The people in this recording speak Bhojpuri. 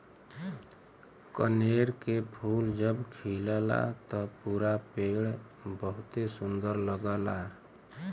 कनेर के फूल जब खिलला त पूरा पेड़ बहुते सुंदर लगला